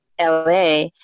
LA